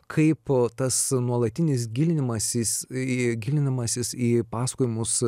kaip tas nuolatinis gilinimasis į gilindamasis į pasakojimus